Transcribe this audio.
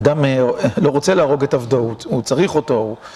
אדם לא רוצה להרוג את עבדו, הוא צריך אותו.